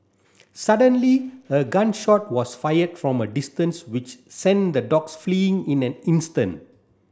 suddenly a gun shot was fired from a distance which sent the dogs fleeing in an instant